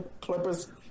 Clippers